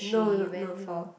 no not no no